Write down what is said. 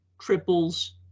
triples